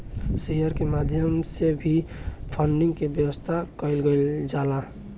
share के माध्यम से भी फंडिंग के व्यवस्था कईल जाला